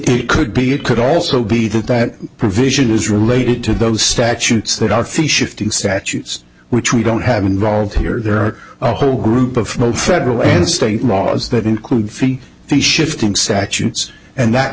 it could be it could also be that that provision is related to those statutes that outfit shifting statutes which we don't have involved here there are a whole group of federal and state laws that include fifty three shifting sections and that